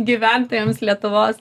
gyventojams lietuvos